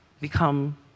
become